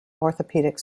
orthopedic